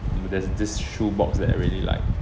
there's this shoe box that I really like